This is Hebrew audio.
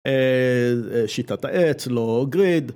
אה... ‫שיטת העץ, low grid.